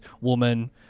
woman